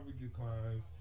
declines